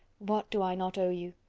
what do i not owe you!